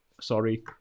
sorry